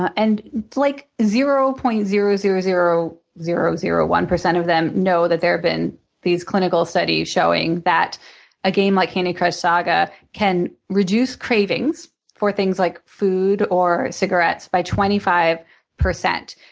and like zero point zero zero zero zero zero one percent of them know that there have been these clinical studies showing that a game like candy crush saga can reduce cravings for things like food or cigarettes by twenty five percent,